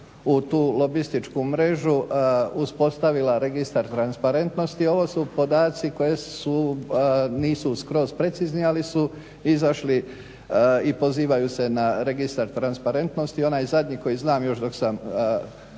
u tu lobističku mrežu uspostavila registar transparentnosti. Ovo su podaci koji su, nisu skroz precizni, ali su izašli i pozivaju se na registar transparentnosti. Onaj zadnji koji znam još dok sam